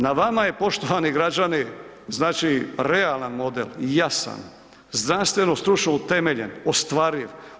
Na vama je poštovani građani, znači realan model, jasan, znanstveno stručno utemeljen, ostvariv.